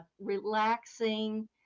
relaxing